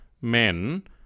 men